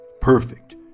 perfect